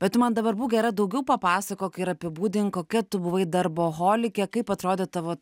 bet tu man dabar būk gera daugiau papasakok ir apibūdink kokia tu buvai darboholikė kaip atrodė tavo